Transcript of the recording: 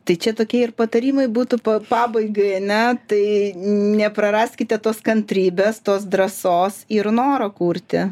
tai čia tokie ir patarimai būtų pa pabaigai ane tai nepraraskite tos kantrybės tos drąsos ir noro kurti